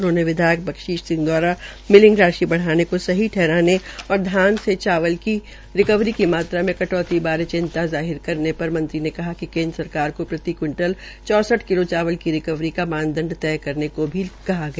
उन्होंने विधायक बख्शीश सिंह दवारा मिलिंग राशि बढ़ाने को सही ठहराने और धान से चावल रिकवरी की मात्रा में कटौती बारे चिंता जाहिर करने पर मंत्री ने कहा कि केन्द्र सरकार को प्रति क्विंटल् चौसठ किलो की चावल की रिकवरी का मानदंड तय करने को भी लिखा गया है